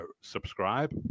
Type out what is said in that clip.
subscribe